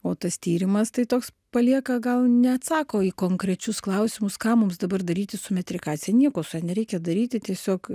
o tas tyrimas tai toks palieka gal neatsako į konkrečius klausimus ką mums dabar daryti su metrikacija nieko nereikia daryti tiesiog